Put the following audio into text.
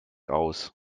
aus